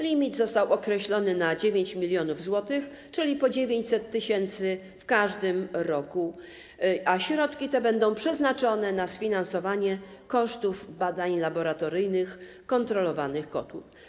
Limit został określony na 9 mln zł, czyli po 900 tys. w każdym roku, a środki te będą przeznaczone na sfinansowanie kosztów badań laboratoryjnych kontrolowanych kotłów.